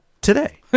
today